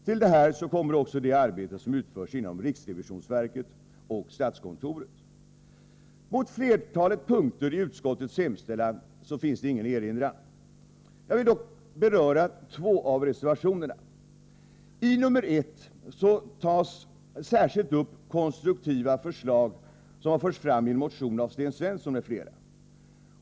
Till detta kommer också det arbete som utförs inom riksrevisionsverket och statskontoret. Mot flertalet punkter i utskottets hemställan finns ingen erinran. Jag vill dock beröra två av reservationerna. I nr 1 tas särskilt upp konstruktiva förslag som har förts fram i en motion av Sten Svensson m.fl.